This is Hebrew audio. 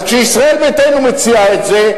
אז כשישראל ביתנו מציעה את זה,